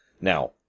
Now